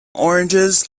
oranges